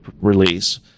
release